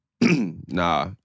Nah